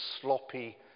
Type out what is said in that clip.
sloppy